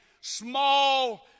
small